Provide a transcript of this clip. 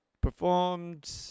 performed